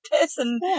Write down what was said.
person